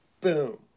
Boom